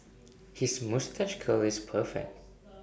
his moustache curl is perfect